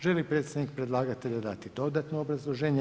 Želi li predstavnik predlagatelja dati dodatno obrazloženje?